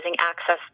access